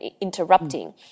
interrupting